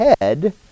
head